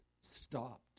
stopped